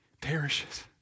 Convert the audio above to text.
perishes